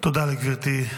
תודה לגברתי.